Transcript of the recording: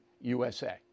USA